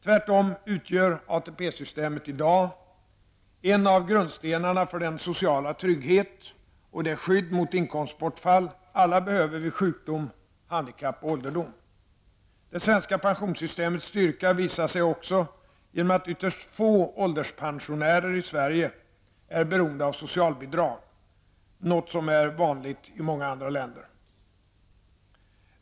Tvärtom utgör ATP-systemet i dag en av grundstenarna för den sociala trygghet och det skydd mot inkomstbortfall alla behöver vid sjukdom, handikapp och ålderdom. Det svenska pensionssystemets styrka visar sig också genom att ytterst få ålderspensionärer i Sverige är beroende av socialbidrag -- något som är vanligt i många andra länder.